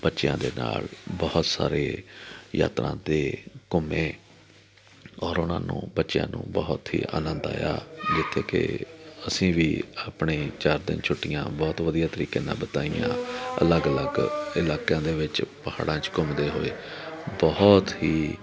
ਬੱਚਿਆਂ ਦੇ ਨਾਲ ਬਹੁਤ ਸਾਰੇ ਯਾਤਰਾ 'ਤੇ ਘੁੰਮੇ ਔਰ ਉਹਨਾਂ ਨੂੰ ਬੱਚਿਆਂ ਨੂੰ ਬਹੁਤ ਹੀ ਆਨੰਦ ਆਇਆ ਜਿੱਥੇ ਕਿ ਅਸੀਂ ਵੀ ਆਪਣੇ ਚਾਰ ਦਿਨ ਛੁੱਟੀਆਂ ਬਹੁਤ ਵਧੀਆ ਤਰੀਕੇ ਨਾਲ ਬਿਤਾਈਆਂ ਅਲੱਗ ਅਲੱਗ ਇਲਾਕਿਆਂ ਦੇ ਵਿੱਚ ਪਹਾੜਾਂ 'ਚ ਘੁੰਮਦੇ ਹੋਏ ਬਹੁਤ ਹੀ